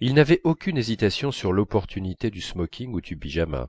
il n'avait aucune hésitation sur l'opportunité du smoking ou du pyjama